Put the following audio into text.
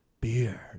beer